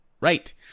Right